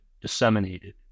disseminated